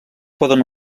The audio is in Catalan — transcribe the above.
poden